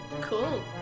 Cool